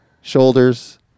shoulders